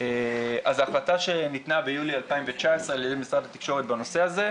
אז ההחלטה שניתנה ביולי 2019 על ידי משרד התקשורת בנושא הזה,